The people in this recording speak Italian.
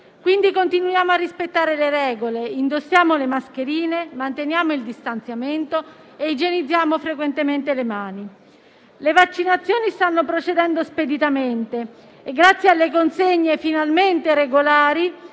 quindi continuiamo a rispettare le regole: indossiamo le mascherine, manteniamo il distanziamento e igienizziamo frequentemente le mani. Le vaccinazioni stanno procedendo speditamente e, grazie alle consegne finalmente regolari,